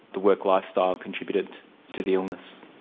the work lifestyle contributed to the illness?